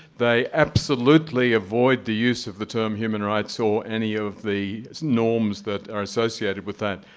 they absolutely avoid the use of the term human rights or any of the norms that are associated with that.